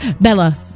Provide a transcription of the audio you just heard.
Bella